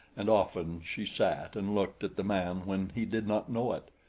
and often she sat and looked at the man when he did not know it,